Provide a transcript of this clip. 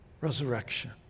resurrection